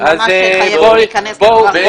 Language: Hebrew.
אני ממש חייבת להיכנס לדברים.